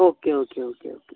okay okay okay okay